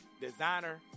designer